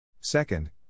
Second